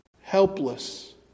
Helpless